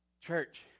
Church